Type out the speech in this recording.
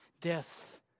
Death